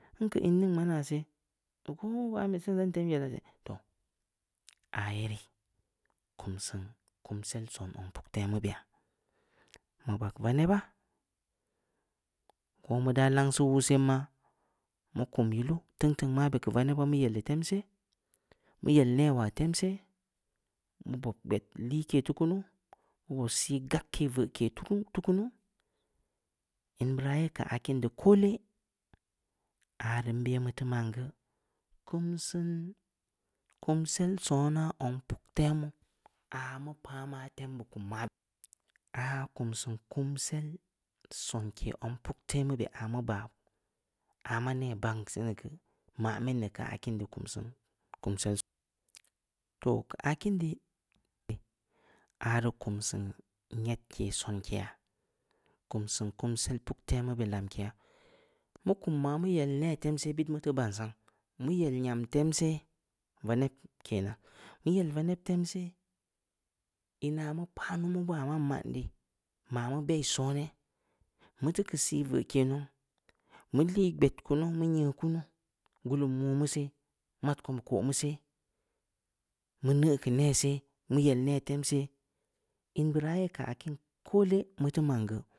Nkeu in ningma naa seh, nguu mu ban beh seni geu, idan tem yellaa, toh! Aayerii kumsin kumsel sonaa zong puktemu beyaa, mu bag vanebaa, ko mu dah langsi wuh sen mah, mu kum yilu, teung-teung mabeh keu vanebaa, mu yeli ten she, mu yel neh waa tem she, mu bob gbed liikeh teu kunu, mu bob sii gagkeh veukeh teu kunu, in beuraa ye keu akin deu koole, ari nbe mu teu man geu, kum sin kumsel sona zong puktemu, aah mu pah ma tembeu, kum mabe reu, ah kumnsin kumsel sonke zong puk temu beh, aah mu bah ah ma neh ban seni geu, mamin keu akin deu kumsin kumsel sonke, toh keu akin di, ari kum sin myedke sonkeya kumsin kumke puktemu beh lamkeya, mu kumya mu yel neh tem seh, bit mu ban sang, mu yel nyam tem she, vaneb kenan, mu yel vaneb tem she, ina mu numu mu bah man man di, ma mu bei soneh, mu teu keu sii veuke nau, mu lii gbed kunu, mu nyeu kunu, gullum nwuo mu seh, mad ko koh mu seh, mu yel neh tem seh, in beura ye keu ah kiin koole, mu teu man geu.